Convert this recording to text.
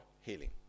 healing